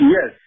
Yes